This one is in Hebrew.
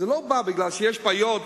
זה בא כי יש בעיות,